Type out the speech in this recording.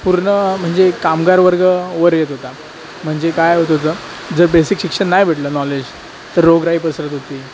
पूर्ण म्हणजे कामगारवर्ग वर येत होता म्हणजे काय होत होतं जर बेसिक शिक्षण नाही भेटलं नॉलेज तर रोगराई पसरत होती